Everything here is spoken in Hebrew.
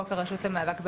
חוק הרשות למאבק באלימות,